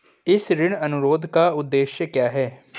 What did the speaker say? इस ऋण अनुरोध का उद्देश्य क्या है?